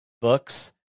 books